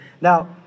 Now